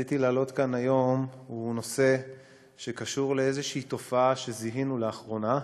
שרציתי להעלות כאן היום קשור לתופעה שזיהינו לאחרונה,